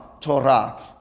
Torah